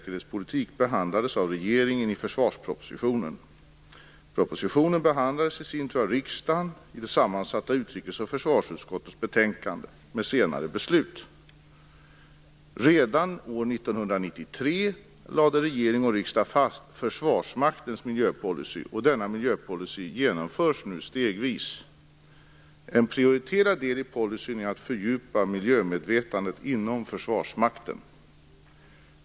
Redan år 1993 lade regering och riksdag fast Försvarsmaktens miljöpolicy. Denna miljöpolicy genomförs nu stegvis. En prioriterad del i policyn är att fördjupa miljömedvetandet inom Försvarsmakten.